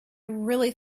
really